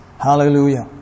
Hallelujah